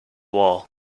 wall